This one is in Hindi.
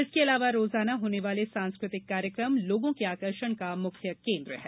इसके अलावा रोजाना होने वाले सांस्कृतिक कार्यक्रम लोगों के आकर्षण का मुख्य केंद्र है